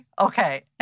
Okay